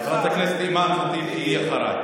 חברת הכנסת אימאן ח'טיב, תהיי אחריי.